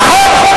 נכון.